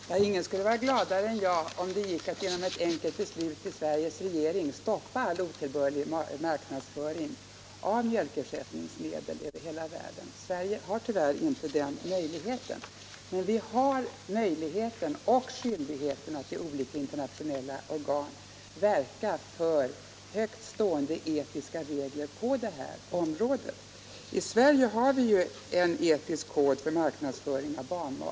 Herr talman! Ingen skulle vara gladare än jag, om det gick att genom ett enkelt beslut av Sveriges regering stoppa all otillbörlig marknadsföring av mjölkersättningsmedel över hela världen. Sverige har tyvärr inte den möjligheten, men vi har möjligheten och skyldigheten att i olika internationella organ verka för högt stående etiska regler på detta område. I Sverige har vi en etisk kod för marknadsföring av barnmat.